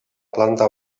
planta